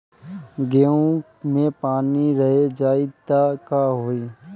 गेंहू मे पानी रह जाई त का होई?